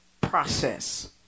process